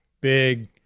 Big